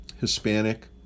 Hispanic